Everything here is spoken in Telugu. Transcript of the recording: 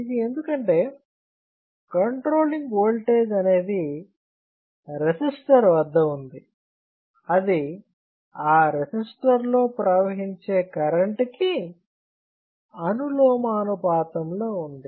ఇది ఎందుకంటే కంట్రోలింగ్ ఓల్టేజ్ అనేది రెసిస్టర్ వద్ద ఉంది అది ఆ రెసిస్టర్ లో ప్రవహించే కరెంట్ కి అనులోమానుపాతం లో ఉంది